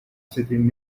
sitting